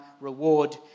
reward